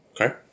Okay